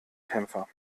kämpfer